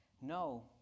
no